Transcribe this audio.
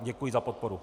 Děkuji za podporu.